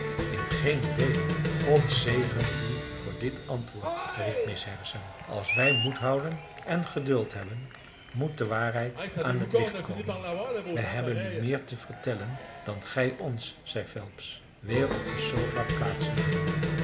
in geenen deele god zegene u voor dit antwoord riep miss harrison als wij moed houden en geduld hebben moet de waarheid aan t licht komen wij hebben u meer te vertellen dan gij ons zei phelps weer op de sofa